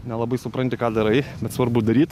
nelabai supranti ką darai bet svarbu daryt